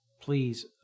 please